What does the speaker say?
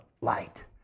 light